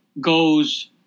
goes